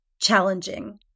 challenging